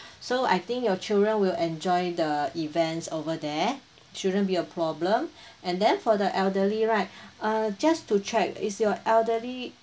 so I think your children will enjoy the events over there shouldn't be a problem and then for the elderly right uh just to check is your elderly